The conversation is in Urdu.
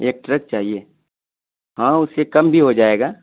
ایک ٹرک چاہیے ہاں اس سے کم بھی ہو جائے گا